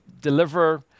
deliver